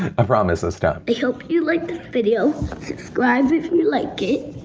i promise this time. i hope you like the video. subscribe if you like it.